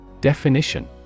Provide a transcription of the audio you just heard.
Definition